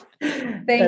thank